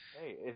Hey